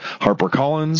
HarperCollins